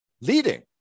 leading